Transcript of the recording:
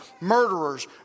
murderers